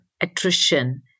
attrition